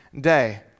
day